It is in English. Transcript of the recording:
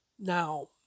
now